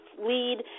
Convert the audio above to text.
lead